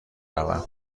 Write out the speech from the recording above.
روم